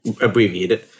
abbreviated